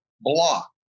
block